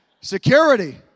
Security